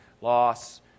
loss